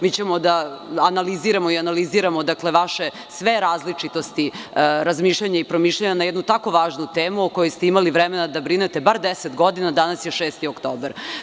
Mi ćemo da analiziramo i analiziramo vaše sve različitosti razmišljanja i promišljanja na jednu tako važnu temu o kojoj ste imali vremena da brinete, bar deset godina, danas je 6. oktobar.